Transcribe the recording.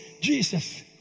jesus